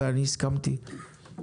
ואני הסכמתי.